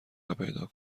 پیدا